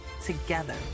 together